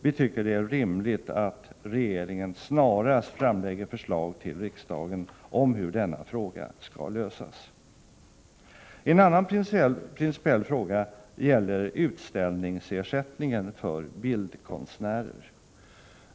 Det är rimligt att regeringen snarast framlägger förslag till riksdagen om hur denna fråga skall lösas. En annan principiell fråga gäller utställningsersättningen för bildkonstnärer.